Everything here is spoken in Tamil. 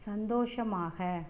சந்தோஷமாக